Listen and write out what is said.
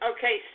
Okay